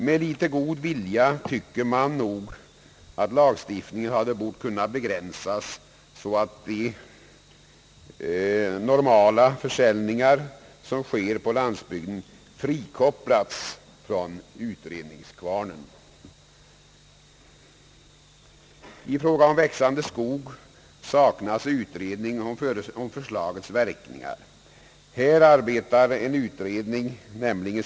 Man tycker att lagstiftningen med litet god vilja hade kunnat begränsas så att de normala försäljningar som sker på landsbygden frikopplas från utredningskvarnen. I fråga om växande skog saknas utredning om = förslagets verkningar.